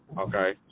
Okay